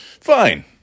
Fine